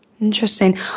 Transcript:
Interesting